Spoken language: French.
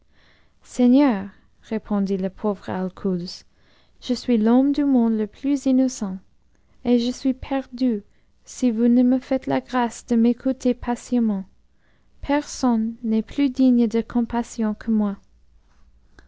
seigneur répondit le pauvre alcouz je suis l'homme du monde le plus innocent et je suis perdu si vous ne me faites la grâce de m'écouter patiemment personne n'est plus digne de compassion que moi